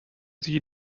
sie